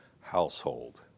household